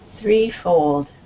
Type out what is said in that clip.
threefold